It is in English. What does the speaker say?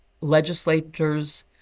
legislators